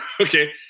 Okay